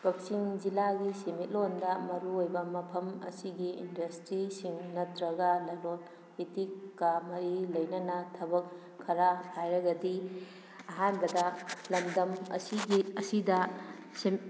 ꯀꯛꯆꯤꯡ ꯖꯤꯂꯥꯒꯤ ꯁꯦꯟꯃꯤꯠꯂꯣꯟꯗ ꯃꯔꯨꯑꯣꯏꯅ ꯃꯐꯝ ꯑꯁꯤꯒꯤ ꯏꯟꯗꯁꯇ꯭ꯔꯤꯁꯤꯡ ꯅꯠꯇ꯭ꯔꯒ ꯂꯂꯣꯟ ꯏꯇꯤꯛꯀ ꯃꯔꯤ ꯂꯩꯅꯅ ꯊꯕꯛ ꯈꯔ ꯍꯥꯏꯔꯒꯗꯤ ꯑꯍꯥꯟꯕꯗ ꯂꯝꯗꯝ ꯑꯁꯤꯒꯤ ꯑꯁꯤꯗ